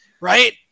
right